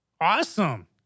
Awesome